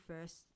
first